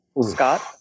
Scott